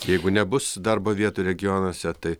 jeigu nebus darbo vietų regionuose tai